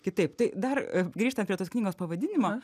kitaip tai dar grįžtant prie tos knygos pavadinimo